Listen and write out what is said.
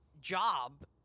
job